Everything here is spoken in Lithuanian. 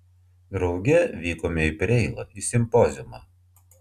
drauge vykome į preilą į simpoziumą